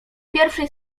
pierwszej